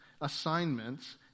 assignments